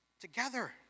Together